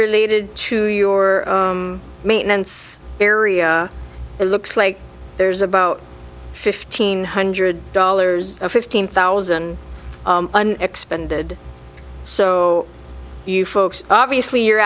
related to your maintenance area it looks like there's about fifteen hundred dollars or fifteen thousand expended so you folks obviously you're